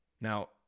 Now